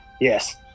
Yes